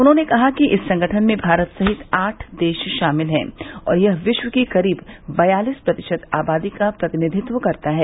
उन्होंने कहा कि इस संगठन में भारत सहित आठ देश शामिल हैं और यह विश्व की करीब बयालिस प्रतिशत आबादी का प्रतिनिधित्व करता है